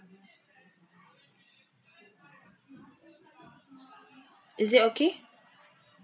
is it okay